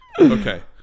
Okay